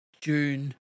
June